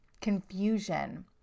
confusion